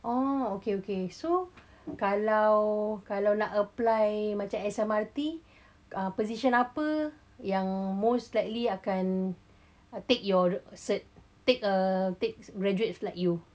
oh okay okay so kalau kalau nak apply macam S_M_R_T uh position apa yang most slightly akan take your cert take uh takes graduates